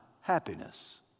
Happiness